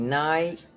night